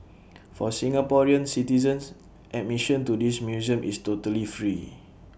for Singaporean citizens admission to this museum is totally free